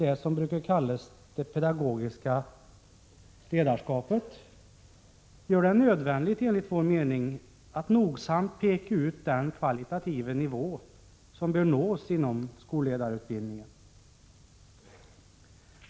det som brukar kallas det pedagogiska ledarskapet gör det enligt vår mening nödvändigt att nogsamt peka ut den kvalitativa nivå som bör nås inom skolledarutbildningen.